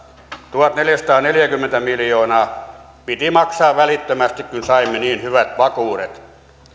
tuhatneljäsataaneljäkymmentä miljoonaa piti maksaa välittömästi kun saimme niin hyvät vakuudet